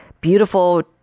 beautiful